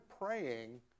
praying